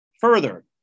Further